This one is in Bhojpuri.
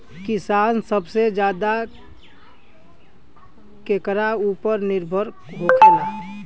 किसान सबसे ज्यादा केकरा ऊपर निर्भर होखेला?